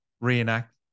reenact